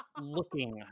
Looking